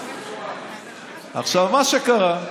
עכשיו, מה שקרה,